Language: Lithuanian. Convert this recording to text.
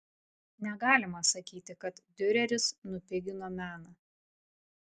negalima sakyti kad diureris nupigino meną